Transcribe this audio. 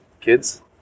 kids